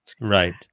Right